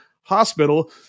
Hospital